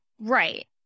Right